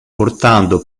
portando